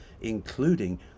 including